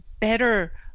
better